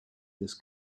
this